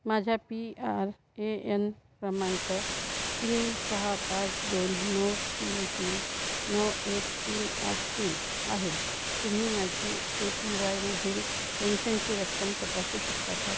माझा P R A N क्रमांक तीन सहा पाच दोन नऊ तीन तीन नऊ एक तीन आठ तीन आहे तुम्ही माझी ए पी वायमधील पेन्शनची रक्कम तपासू शकता का